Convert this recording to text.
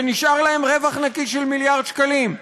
ונשאר להם רווח נקי של מיליארד שקלים.